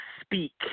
speak